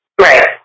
Right